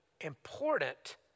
important